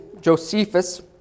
Josephus